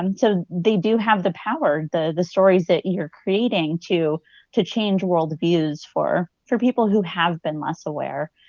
um so they do have the power, the the stories that you are creating, to to change worldviews for for people who have been less aware.